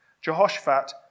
Jehoshaphat